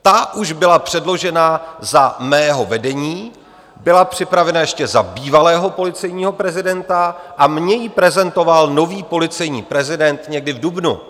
Ta už byla předložena za mého vedení, byla připravena ještě za bývalého policejního prezidenta a mně ji prezentoval nový policejní prezident někdy v dubnu.